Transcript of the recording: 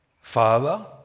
father